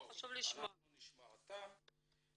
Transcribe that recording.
אנחנו נשמע אותם.